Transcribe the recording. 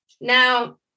Now